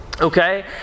Okay